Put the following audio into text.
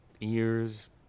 ears